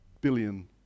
billion